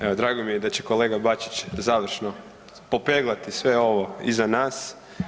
Evo, drago mi je da će kolega Bačić završno popeglati sve ovo iza nas.